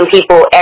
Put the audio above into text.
people